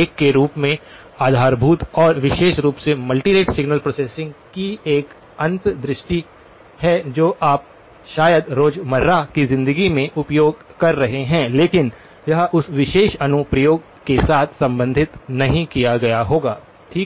एक के रूप में एक आधारभूत और विशेष रूप से मल्टी रेट सिग्नल प्रोसेसिंग की एक अंतर्दृष्टि है जो आप शायद रोजमर्रा की जिंदगी में उपयोग कर रहे हैं लेकिन यह उस विशेष अनुप्रयोग के साथ संबधित नहीं किया होगा ठीक है